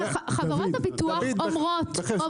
חמש חברות ביטוח תוך חודש.